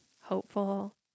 hopeful